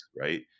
right